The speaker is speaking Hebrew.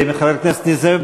וחבר הכנסת נסים זאב,